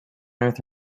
earth